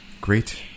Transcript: great